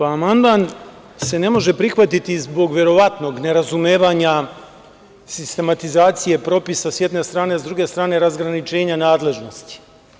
Amandman se ne može prihvatiti zbog verovatnog nerazumevanja sistematizacije propisa, s jedne strane, a sa druge strane razgraničenja nadležnosti.